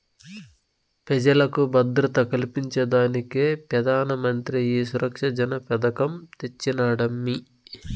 పెజలకు భద్రత కల్పించేదానికే పెదానమంత్రి ఈ సురక్ష జన పెదకం తెచ్చినాడమ్మీ